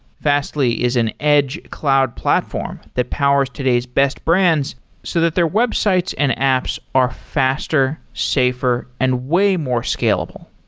fastly is an edge cloud platform that powers today's best brands so that their websites and apps are faster, safer and way more scalable.